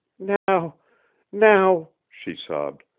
now now she sobbed,